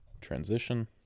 Transition